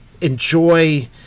enjoy